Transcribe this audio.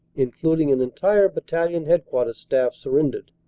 includ ing an entire battalion headquarters staff, surrendered.